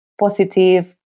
positive